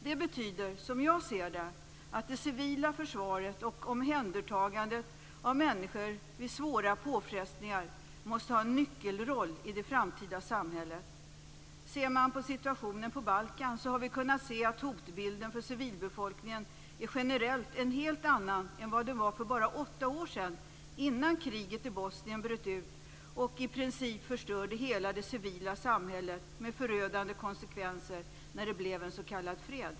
Det betyder, som jag ser det, att det civila försvaret och omhändertagandet av människor vid svåra påfrestningar måste ha en nyckelroll i det framtida samhället. Vi har i situationen på Balkan kunnat se att hotbilden för civilbefolkningen generellt är en helt annan än vad den var för bara åtta år sedan, dvs. innan kriget i Bosnien bröt ut och i princip förstörde hela det civila samhället, med förödande konsekvenser när det blev en s.k. fred.